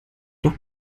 doch